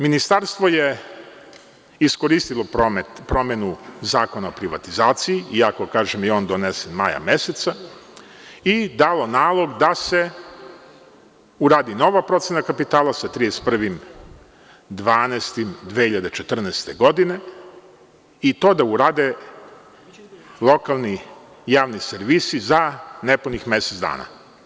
Ministarstvo je iskoristilo promenu Zakona o privatizaciji, iako kažem je on donesen maja meseca, i dalo nalog da se uradi nova procena kapitala sa 31. decembrom 2014. godine i to da urade lokalni javni servisi za nepunih mesec dana.